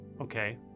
Okay